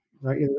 right